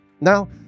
Now